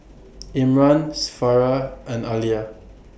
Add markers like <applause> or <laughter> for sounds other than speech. <noise> Imran <noise> Farah and Alya